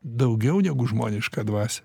daugiau negu žmonišką dvasią